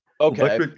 okay